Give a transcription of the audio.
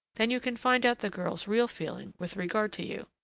then you can find out the girl's real feeling with regard to you.